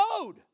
road